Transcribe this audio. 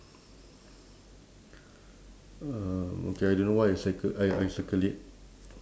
um okay I don't know why I cyc~ I I circle it